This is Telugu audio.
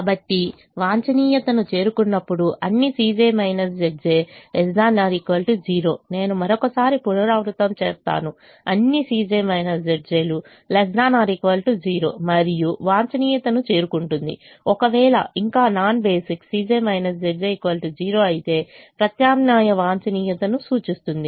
కాబట్టి వాంఛనీయతను చేరుకున్నప్పుడు అన్నీ ≤ 0నేను మరొకసారి పునరావృతం చేస్తున్నాను అన్నీ ≤ 0 మరియు వాంఛనీయతను చేరుకుంటుందిఒకవేళ ఇంకా నాన్ బేసిక్ 0 అయితే ప్రత్యామ్నాయ వాంఛనీయతను సూచిస్తుంది